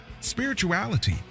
spirituality